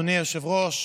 אדוני היושב-ראש.